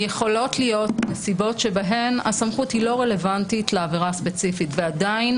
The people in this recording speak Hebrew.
יכולות להיות סיבות בהן הסמכות היא לא רלוונטית לעבירה הספציפית ועדיין